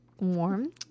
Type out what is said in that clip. warm